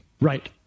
Right